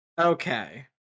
Okay